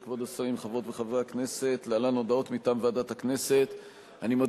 הודעה לפרוטוקול: חבר הכנסת מוחמד ברכה מודיע